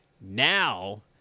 now